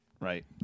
Right